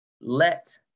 let